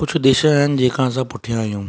कुझु देश आहिनि जंहिंखां असां पुठियां आहियूं